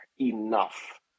enough